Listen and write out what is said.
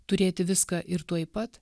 turėti viską ir tuoj pat